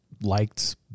liked